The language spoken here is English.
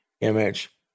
image